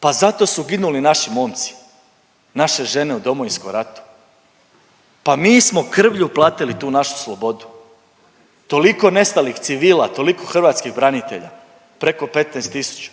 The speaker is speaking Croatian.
pa zato su ginuli naši momci, naše žene u Domovinskom ratu, pa mi smo krvlju platili tu našu slobodu, toliko nestalih civila, toliko hrvatskih branitelja, preko 15